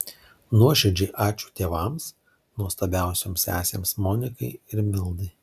nuoširdžiai ačiū tėvams nuostabiausioms sesėms monikai ir mildai